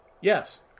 Yes